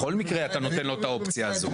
בכל מקרה, אתה נותן לו את האופציה הזו.